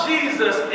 Jesus